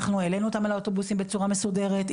אנחנו העלינו אותם על האוטובוסים בצורה מסודרת,